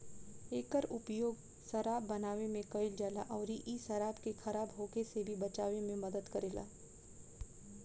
एकर उपयोग शराब बनावे में कईल जाला अउरी इ शराब के खराब होखे से भी बचावे में मदद करेला